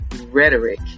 Rhetoric